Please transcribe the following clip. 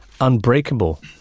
Unbreakable